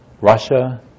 Russia